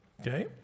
Okay